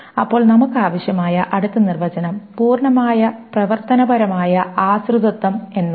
അപ്പോൾ നമുക്ക് ആവശ്യമായ അടുത്ത നിർവചനം പൂർണ്ണമായ പ്രവർത്തനപരമായ ആശ്രിതത്വം എന്നാണ്